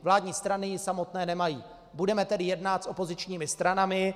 Vládní strany ji samotné nemají, budeme tedy jednat s opozičními stranami.